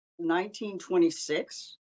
1926